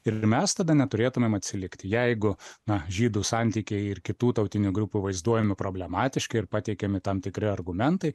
ir mes tada neturėtumėm atsilikti jeigu na žydų santykiai ir kitų tautinių grupių vaizduojami problematiški ir pateikiami tam tikri argumentai